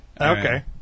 Okay